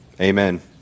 amen